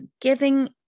giving